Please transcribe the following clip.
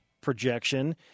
projection